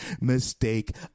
mistake